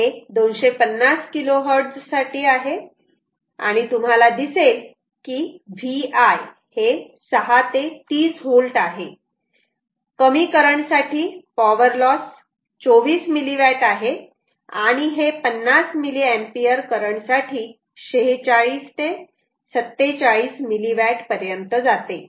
हे 250 KHz साठी आहे आणि तुम्हाला दिसेल की Vi हे 6 ते 30 V आहे कमी करंट साठी पॉवर लॉस 24 मिलीवॅट आहे आणि हे 50 mA करंट साठी 46 ते 47 मिलीवॅट पर्यंत जाते